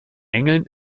engeln